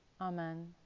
Amen